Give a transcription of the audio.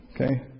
Okay